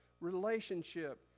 Relationship